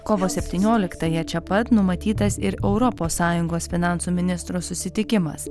kovo septynioliktąją čia pat numatytas ir europos sąjungos finansų ministrų susitikimas